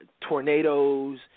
tornadoes